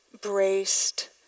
braced